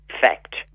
fact